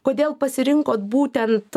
kodėl pasirinkot būtent